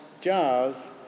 jars